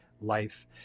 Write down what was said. life